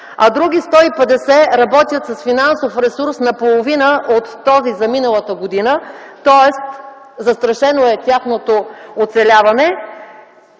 а други 150 работят с финансов ресурс, наполовина от този за миналата година, тоест застрашено е тяхното оцеляване,